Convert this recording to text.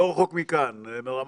לא רחוק מכאן, ברמאללה,